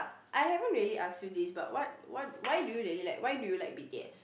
I haven't really ask you this but what what why do you really like why do you like b_t_s